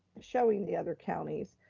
showing the other counties,